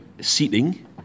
seating